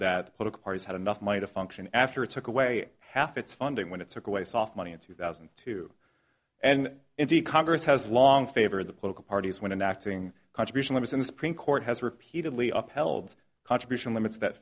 that political parties had enough money to function after it took away half its funding when it's a good way soft money in two thousand and two and in the congress has long favor the political parties when an acting contribution was in the supreme court has repeatedly upheld contribution limits that